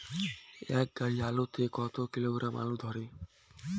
এক গাড়ি আলু তে কত কিলোগ্রাম আলু ধরে?